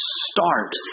start